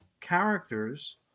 characters